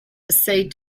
accede